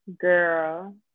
girl